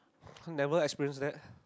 never experienced that